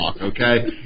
okay